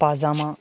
پاجامہ